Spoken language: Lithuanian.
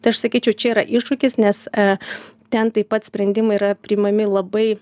tai aš sakyčiau čia yra iššūkis nes e ten taip pat sprendimai yra priimami labai